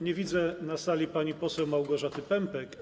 Nie widzę na sali pani poseł Małgorzaty Pępek.